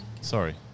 Sorry